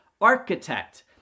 architect